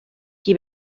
qui